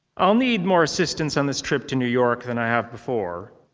i'll need more assistance on this trip to new york than i have before.